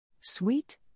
Sweet